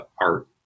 art